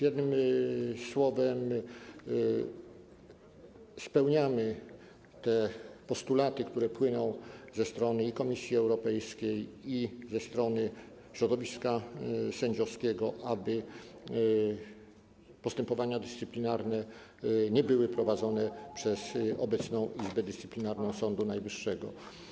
Jednym słowem, spełniamy te postulaty, które płyną ze strony i Komisji Europejskiej, i środowiska sędziowskiego, aby postępowania dyscyplinarne nie były prowadzone przez obecną Izbę Dyscyplinarną Sądu Najwyższego.